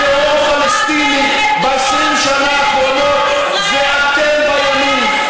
על טרור פלסטיני ב-20 השנה האחרונות זה אתם בימין,